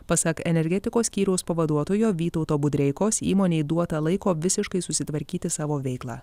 pasak energetikos skyriaus pavaduotojo vytauto budreikos įmonei duota laiko visiškai susitvarkyti savo veiklą